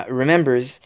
remembers